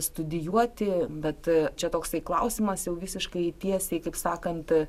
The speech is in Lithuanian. studijuoti bet čia toksai klausimas jau visiškai tiesiai kaip sakant